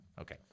Okay